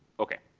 okay.